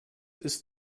ist